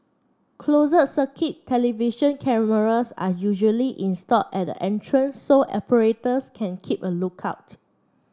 closed circuit television cameras are usually installed at the entrances so operators can keep a look out